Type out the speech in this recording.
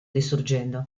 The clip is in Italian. distruggendo